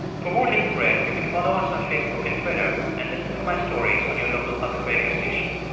for more hidden brain, you can follow us on facebook and twitter and listen for my stories on your local public radio station.